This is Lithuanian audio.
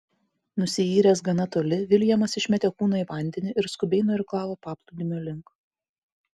nusiyręs gana toli viljamas išmetė kūną į vandenį ir skubiai nuirklavo paplūdimio link